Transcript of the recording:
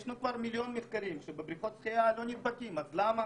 יש כבר מיליון מחקרים שבבריכות השחייה לא נדבקים אז למה